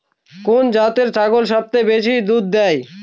কোন জাতের ছাগল সবচেয়ে বেশি দুধ দেয়?